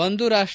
ಒಂದು ರಾಷ್ಟ